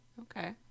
Okay